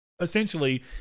essentially